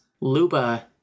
Luba